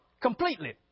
completely